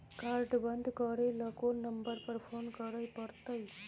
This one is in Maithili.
कार्ड बन्द करे ल कोन नंबर पर फोन करे परतै?